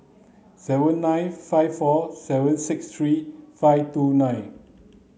seven nine five four seven six three five two nine